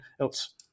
else